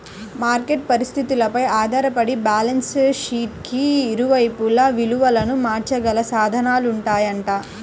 market పరిస్థితులపై ఆధారపడి balance షీట్కి ఇరువైపులా విలువను మార్చగల సాధనాలుంటాయంట